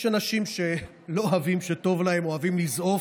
יש אנשים שלא אוהבים שטוב להם, אוהבים לזעוף.